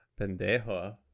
Pendejo